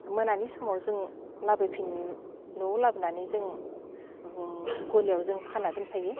मोनानि समाव जों लाबोफिन न'आव लाबोनानै जों गलियाव जों खाना दोनफायो